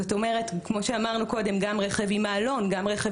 זאת אומרת גם רכב עם מעלון וגם רכב